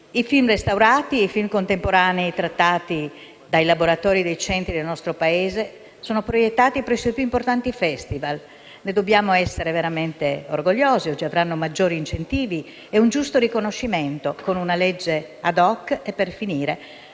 I film restaurati e i film contemporanei trattati dai laboratori dei centri del nostro Paese sono proiettati presso i più importanti *festival* e dobbiamo esserne veramente orgogliosi. Tali centri avranno maggiori incentivi e un giusto riconoscimento, con una legge *ad hoc* che ci